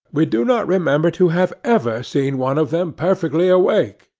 we do not remember to have ever seen one of them perfectly awake,